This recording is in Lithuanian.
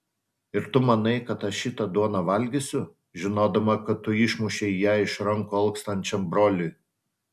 ir tu manai kad aš šitą duoną valgysiu žinodama kad tu išmušei ją iš rankų alkstančiam broliui